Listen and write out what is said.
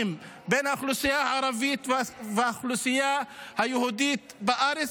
בין האוכלוסייה הערבית לבין האוכלוסייה היהודית בארץ,